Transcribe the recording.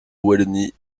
wallonie